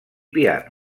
piano